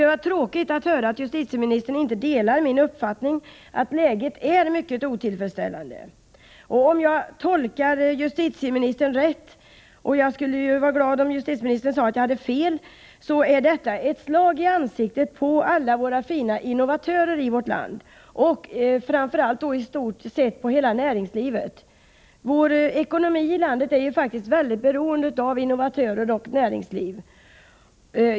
Det är tråkigt att höra att justitieministern inte delar min uppfattning att läget är mycket otillfredsställande. Om jag tolkar justitieministern rätt — jag skulle bli glad om justitieministern sade att jag har fel — är svaret ett slag i ansiktet på alla duktiga innovatörer i vårt land och också på i stort sett hela näringslivet. Man bör beakta att vi för vår ekonomi är mycket beroende av innovatörer och näringsliv.